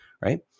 right